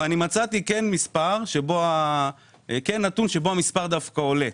כן מצאתי נתון שבו המספר דווקא עולה.